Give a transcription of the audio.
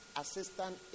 assistant